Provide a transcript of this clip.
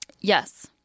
Yes